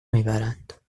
میبرد